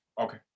okay